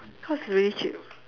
cause it's really cheap